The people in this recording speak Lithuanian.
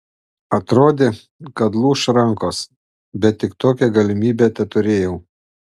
atrodė kad lūš rankos bet tik tokią galimybę teturėjau